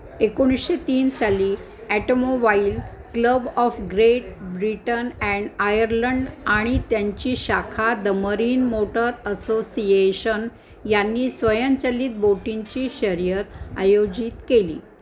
एकोणीसशे तीन साली automobile club of Great Britain and Ireland आणि त्यांची शाखा द मरीन मोटर असोसिएशन यांनी स्वयंचलित बोटींची शर्यत आयोजित केली